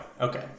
Okay